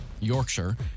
Yorkshire